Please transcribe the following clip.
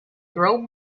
throw